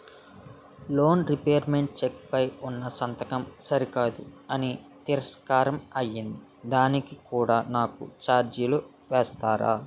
Loan repayment cheque పై ఉన్నా సంతకం సరికాదు అని తిరస్కారం అయ్యింది దానికి కూడా నాకు ఛార్జీలు వేస్తారా?